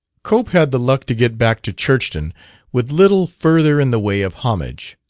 cope had the luck to get back to churchton with little further in the way of homage.